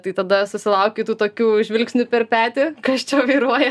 tai tada susilauki tų tokių žvilgsnių per petį kas čia vairuoja